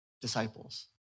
Disciples